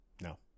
no